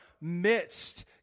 midst